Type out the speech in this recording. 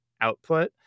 output